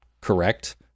correct-